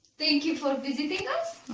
thank you for visiting us.